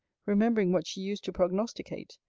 remembering what she used to prognosticate,